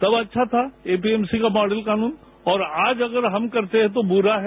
तब अच्छा था एमपीएमसी का मॉडल कानून और आज अगर हम करते हैं तो बुरा है